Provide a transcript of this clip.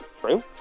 True